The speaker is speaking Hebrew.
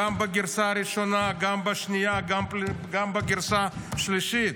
גם בגרסה הראשונה, גם בשנייה, גם בשלישית.